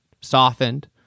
softened